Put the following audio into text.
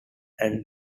had